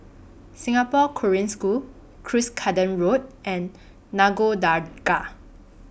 Singapore Korean School Cuscaden Road and Nagore Dargah